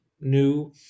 new